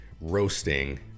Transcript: roasting